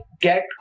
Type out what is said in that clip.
get